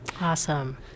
Awesome